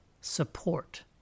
support